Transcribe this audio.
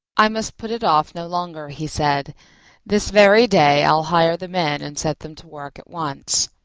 i must put it off no longer, he said this very day i'll hire the men and set them to work at once.